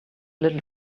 little